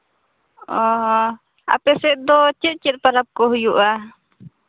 ᱚᱸᱻ ᱟᱯᱮ ᱥᱮᱫ ᱫᱚ ᱪᱮᱫ ᱪᱮᱫ ᱯᱚᱨᱚᱵᱽ ᱠᱚ ᱦᱩᱭᱩᱜᱼᱟ